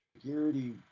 security